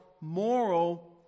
moral